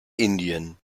indien